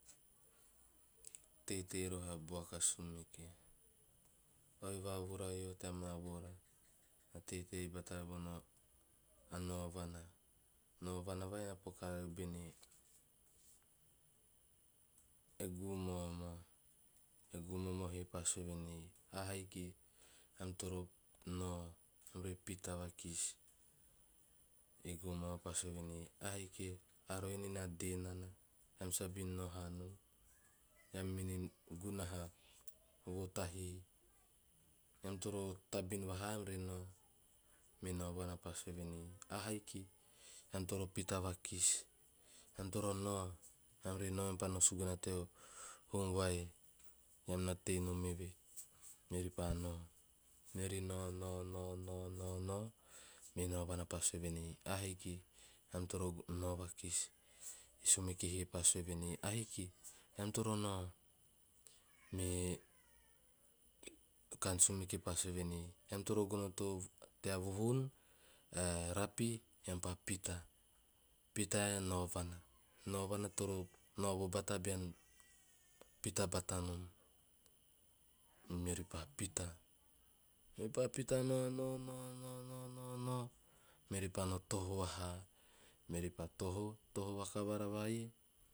Teitei roho a buaka sumeke oi vavura ioho teama voora na teitei bata ama naovana. Naovana vai na pokaa riori bene e guu momo, e guumomo he pa sue venehe "ahiki eam toro nao eam re pita vakis." E guumono pa sue venei "ahiki a ruene na dee nana eam sabin nao hanom eam mene gunaha vo tahii, eam toro tabin vaha eam re nao." Me naovana pa sue venei "ahaiki ean toro pita vakis, eam toro nao eam re nao eam pa no suguna to huum vai nam na tei nom eve." Meori pa nao meori nao nao nao nao nao, me naovana pa sue venei "ahaiki eam toro nao vakisi e sumeke he pa sue venei "ahaiki eam toro nao" me kaan sumeke pa sue venei "eam toro gono tea vuhuun ae rapi eam pa pita ae naovana, naovana toro naovo bata beam pita batanom." Meori pa pita, meori pa pita nao nao nao nao nao, meori panoo toho vaha, meori pa toho toho vakavara vai,